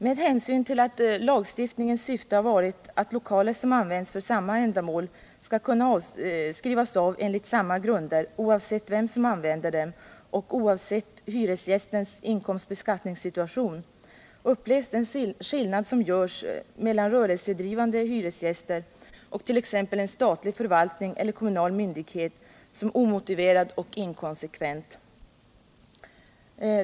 Med hänsyn till att lagstiftningens syfte har varit att lokaler som används för samma ändamål skall kunna skrivas av enligt samma grunder, oavsett vem som använder dem och oavsett hyresgästens inkomstbeskattningssituation, upplevs den skillnad som görs mellan rörelsedrivande hyresgäster och t.ex. en statlig förvaltning eller kommunal myndighet som omotiverad och inkonsekvent.